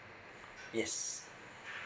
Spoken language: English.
yes